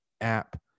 app